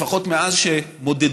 לפחות מאז שמודדים,